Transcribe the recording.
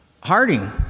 Harding